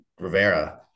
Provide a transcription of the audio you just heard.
Rivera